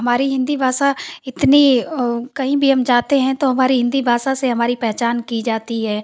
हमारे हिन्दी भाषा इतनी कहीं भी हम जाते हैं तो हमारे हिन्दी भाषा से हमारी पहचान की जाती है